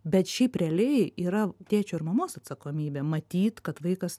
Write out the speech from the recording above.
bet šiaip realiai yra tėčio ir mamos atsakomybė matyt kad vaikas